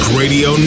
radio